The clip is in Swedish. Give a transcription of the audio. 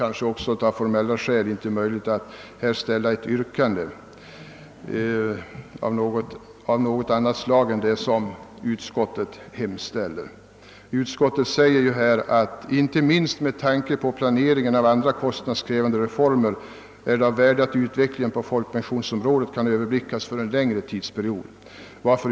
Kanske är det också av formella skäl inte möjligt att här ställa ett annat yrkande än utskottets. Utskottet säger: »Inte minst med tanke på planeringen av andra kostnadskrävande reformer är det av värde att utvecklingen på folkpensionsområdet kan Ööverblickas för en längre tidsperiod.